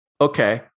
Okay